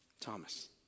Thomas